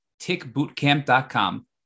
tickbootcamp.com